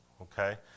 Okay